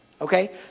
Okay